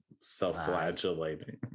self-flagellating